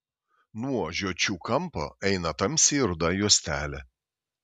nuo žiočių kampo eina tamsiai ruda juostelė